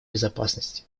безопасности